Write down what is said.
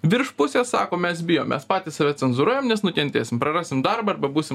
virš pusės sako mes bijom mes patys save cenzūruojam nes nukentėsim prarasim darbą arba būsim